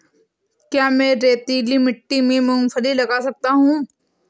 क्या मैं रेतीली मिट्टी में मूँगफली लगा सकता हूँ?